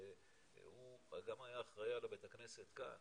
הוא גם היה אחראי על בית הכנסת כאן,